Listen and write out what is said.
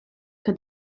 que